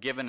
given a